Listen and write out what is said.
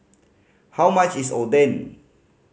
how much is Oden